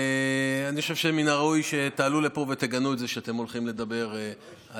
אני חושב שמן הראוי שתעלו לפה ותגנו את זה כשאתם הולכים לדבר על